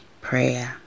prayer